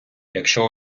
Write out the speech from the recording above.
якщо